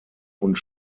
und